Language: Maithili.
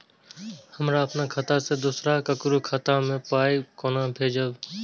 हमरा आपन खाता से दोसर ककरो खाता मे पाय कोना भेजबै?